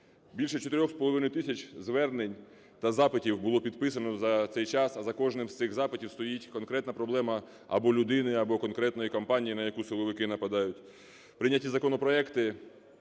Більше 4,5 тисяч звернень та запитів було підписано за цей час, а за кожним з цих запитів стоїть конкретна проблема або людини, або конкретної компанії, на яку силовики нападають.